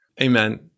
Amen